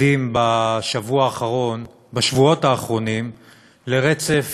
אנחנו עדים בשבועות האחרונים לרצף